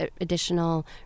additional